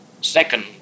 Second